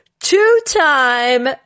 two-time